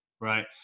Right